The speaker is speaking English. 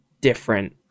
different